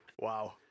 Wow